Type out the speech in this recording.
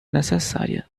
necessária